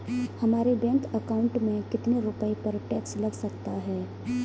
हमारे bank account में कितने रुपये पर टैक्स लग सकता है?